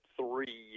three